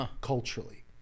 culturally